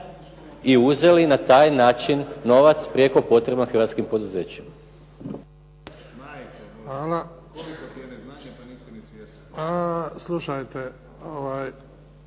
i uzeli na taj način novac prijeko potreban hrvatskim poduzećima.